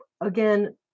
again